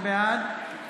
בעד